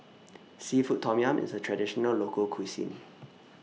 Seafood Tom Yum IS A Traditional Local Cuisine